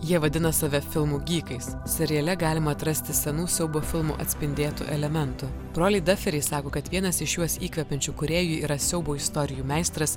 jie vadina save filmų gykais seriale galima atrasti senų siaubo filmo atspindėtų elementų broliai daferiai sako kad vienas iš juos įkvepiančių kūrėjų yra siaubo istorijų meistras